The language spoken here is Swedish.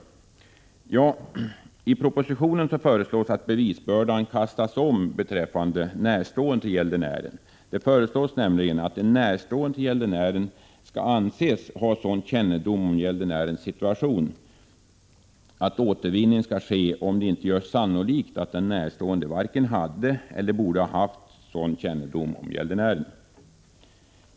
I propositionen föreslås att bevisbördan beträffande närstående till gäldenären skall kastas om. Det föreslås nämligen att den närstående till gäldenären skall anses ha sådan kännedom om gäldenärens situation att återvinning skall ske, om det inte görs sannolikt att den närstående varken hade eller borde ha haft sådan kännedom om gäldenären.